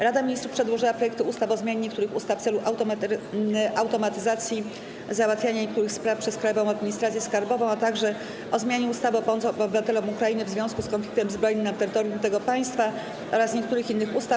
Rada Ministrów przedłożyła projekty ustaw: - o zmianie niektórych ustaw w celu automatyzacji załatwiania niektórych spraw przez Krajową Administrację Skarbową, - o zmianie ustawy o pomocy obywatelom Ukrainy w związku z konfliktem zbrojnym na terytorium tego państwa oraz niektórych innych ustaw.